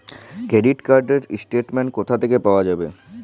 Credit card র statement কোথা থেকে পাওয়া যাবে?